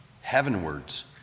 heavenwards